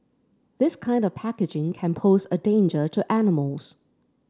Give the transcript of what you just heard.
this kind of packaging can pose a danger to animals